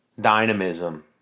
dynamism